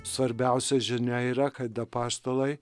svarbiausia žinia yra kad apaštalai